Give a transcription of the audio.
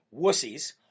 wussies